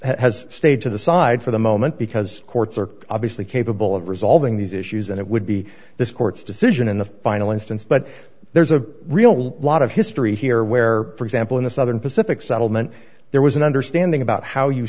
has stayed to the side for the moment because courts are obviously capable of resolving these issues and it would be this court's decision in the final instance but there's a real lot of history here where for example in the southern pacific settlement there was an understanding about how you